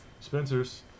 Spencers